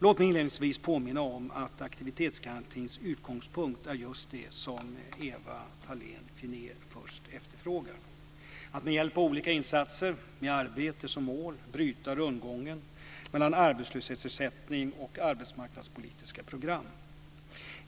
Låt mig inledningsvis påminna om att aktivitetsgarantins utgångspunkt är just det som Eva Thalén Finné först efterfrågar, nämligen att med hjälp av olika insatser, med arbete som mål, bryta rundgången mellan arbetslöshetsersättning och arbetsmarknadspolitiska program.